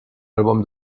album